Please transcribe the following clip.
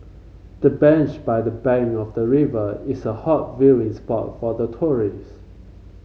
the bench by the bank of the river is a hot viewing spot for the tourist